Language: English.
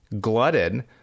glutted